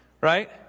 Right